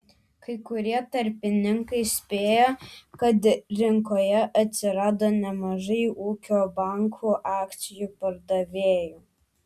kai kurie tarpininkai spėja kad rinkoje atsirado nemažai ūkio banko akcijų pardavėjų